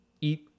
eat